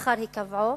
לאחר היקבעו,